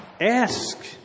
Ask